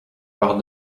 par